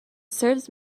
serves